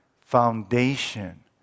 foundation